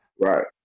right